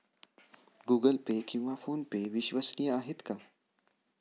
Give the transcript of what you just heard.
Google Pay किंवा PhonePe विश्वसनीय आहेत का?